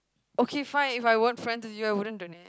okay If I weren't friends with you I wouldn't donate